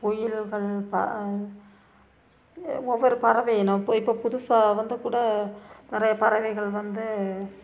குயில்கள் ப ஒவ்வொரு பறவை இனம் இப்போ புதுசாக வந்து கூட நிறையா பறவைகள் வந்து